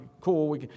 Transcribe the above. cool